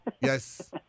Yes